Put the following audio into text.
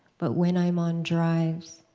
but when i'm on drives,